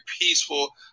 peaceful